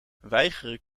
weigeren